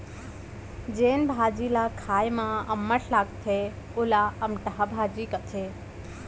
जेन भाजी ल खाए म अम्मठ लागथे वोला अमटहा भाजी कथें